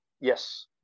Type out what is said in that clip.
yes